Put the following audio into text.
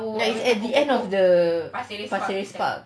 is at the end of the pasir ris park